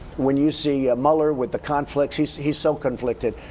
when you see mueller with the conflicts, he's he's so conflicted.